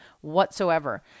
whatsoever